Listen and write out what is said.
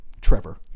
Trevor